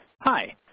Hi